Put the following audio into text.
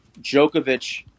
Djokovic